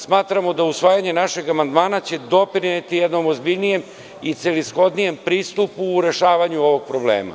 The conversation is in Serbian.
Smatramo da usvajanjem našeg amandmana će doprineti jednom ozbiljnijem i celishodnijem pristupu u rešavanju ovog problema.